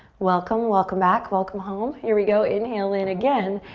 welcome, welcome back, welcome home. here we go, inhale in again.